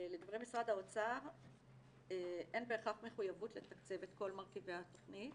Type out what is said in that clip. לדברי משרד האוצר אין בהכרח מחויבות לתקצב את כל מרכיבי התכנית